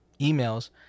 emails